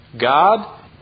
God